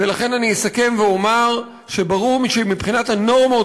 ולכן אני אסכם ואומר שברור שמבחינת הנורמות